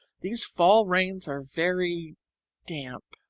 these fall rains are very damp.